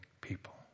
people